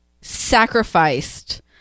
sacrificed